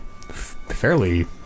fairly